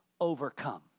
overcome